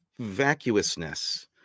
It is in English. vacuousness